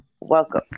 Welcome